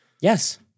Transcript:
Yes